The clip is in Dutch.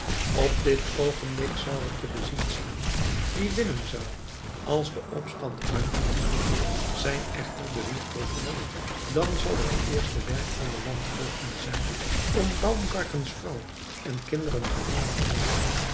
op dit oogenblik zou het te bezien staan wie winnen zou als de opstand uitbrak zijn echter de hulpbenden er dan zal het eerste werk van de landvoogden zijn om baumgartens vrouw en kinderen gevangen te nemen